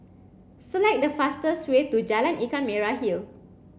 select the fastest way to Jalan Ikan Merah Hill